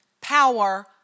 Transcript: power